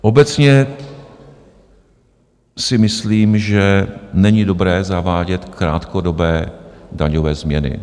Obecně si myslím, že není dobré zavádět krátkodobé daňové změny.